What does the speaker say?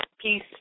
Peace